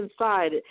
inside